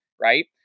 Right